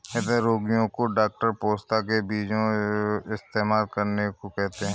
हृदय रोगीयो को डॉक्टर पोस्ता के बीजो इस्तेमाल करने को कहते है